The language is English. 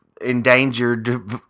endangered